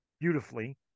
beautifully